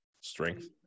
strength